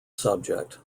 subject